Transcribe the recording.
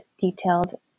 detailed